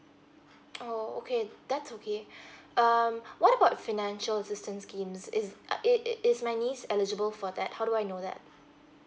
oh okay that's okay um what about financial assistance scheme is i~ i~ is my niece eligible for that how do I know that